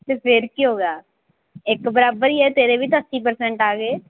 ਤਾਂ ਫਿਰ ਕੀ ਹੋ ਗਿਆ ਇੱਕ ਬਰਾਬਰ ਹੀ ਹੈ ਤੇਰੇ ਵੀ ਤਾਂ ਅੱਸੀ ਪਰਸੈਂਟ ਆ ਗਏ